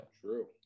True